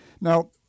Now